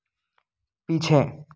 पीछे